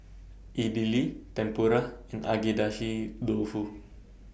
Idili Tempura and Agedashi Dofu